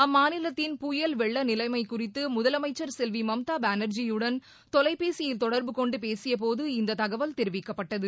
அம்மாநிலத்தின் புயல் வெள்ள நிலைமை குறித்து முதலமைச்சர் செல்வி மம்தா பானர்ஜியுடன் தொலைபேசியில் தொடர்பு கொண்டு பேசியபோது இந்த தகவல் தெரிவிக்கப்பட்டது